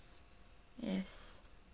yes